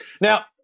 Now